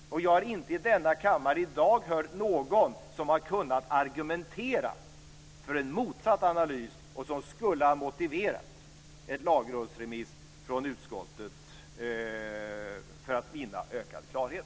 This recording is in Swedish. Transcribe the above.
Jag har inte i denna kammare i dag hört någon som har kunnat argumentera för en motsatt analys eller en analys som skulle ha motiverat en lagrådsremiss från utskottet för att vinna ökad klarhet.